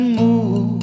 move